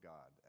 God